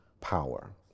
power